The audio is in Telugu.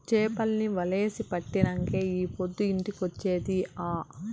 చేపల్ని వలేసి పట్టినంకే ఈ పొద్దు ఇంటికొచ్చేది ఆ